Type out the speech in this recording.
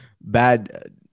bad